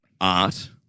art